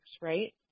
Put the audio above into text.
right